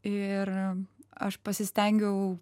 ir aš pasistengiau